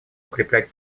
укреплять